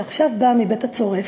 שעכשיו באה מבית הצורף,